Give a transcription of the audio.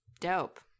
dope